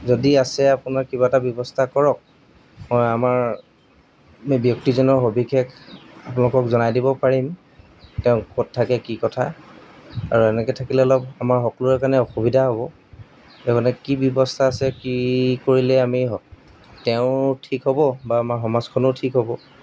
যদি আছে আপোনাৰ কিবা এটা ব্যৱস্থা কৰক মই আমাৰ ব্যক্তিজনৰ সবিশেষ আপোনালোকক জনাই দিব পাৰিম তেওঁ ক'ত থাকে কি কথা আৰু এনেকৈ থাকিলে অলপ আমাৰ সকলোৰে কাৰণে অসুবিধা হ'ব এতিয়া মানে কি ব্যৱস্থা আছে কি কৰিলে আমি তেওঁৰ ঠিক হ'ব বা আমাৰ সমাজখনো ঠিক হ'ব